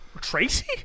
Tracy